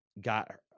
got